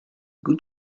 good